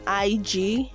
IG